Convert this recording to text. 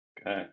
Okay